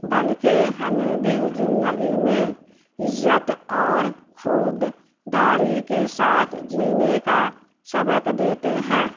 بلکہ ہمیں بھی زندگی میں عزت اور خود داری کے ساتھ جینے کا سبق دیتے ہیں